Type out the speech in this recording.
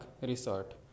Resort